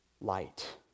light